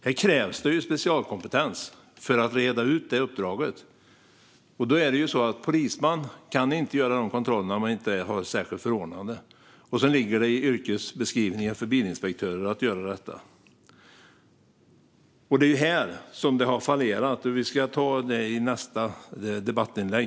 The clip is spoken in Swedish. Det krävs specialkompetens för att utföra det uppdraget. En polisman kan inte göra de kontrollerna utan särskilt förordnande. Sedan ligger det i yrkesbeskrivningen för bilinspektörer att göra detta. Det är här som det har fallerat. Jag ska gå in på det i nästa debattinlägg.